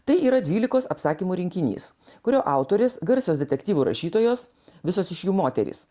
tai yra dvylikos apsakymų rinkinys kurio autorės garsios detektyvų rašytojos visos iš jų moterys